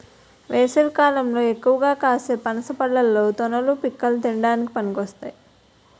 వేసవికాలంలో ఎక్కువగా కాసే పనస పళ్ళలో తొనలు, పిక్కలు తినడానికి పనికొస్తాయి